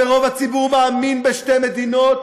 ורוב הציבור מאמין בשתי מדינות,